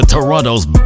Toronto's